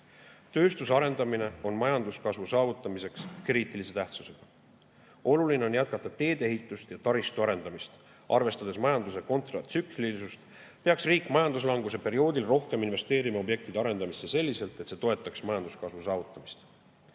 Tööstuse arendamine on majanduskasvu saavutamiseks kriitilise tähtsusega. Oluline on jätkata teedeehitust ja taristu arendamist. Arvestades majanduse kontratsüklilisust, peaks riik majanduslanguse perioodil rohkem investeerima objektide arendamisse selliselt, et see toetaks majanduskasvu saavutamist.